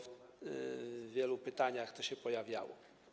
W wielu pytaniach to się pojawiało.